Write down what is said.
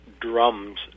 drums